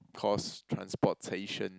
cause transportation